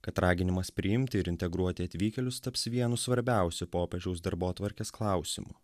kad raginimas priimti ir integruoti atvykėlius taps vienu svarbiausių popiežiaus darbotvarkės klausimų